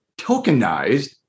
tokenized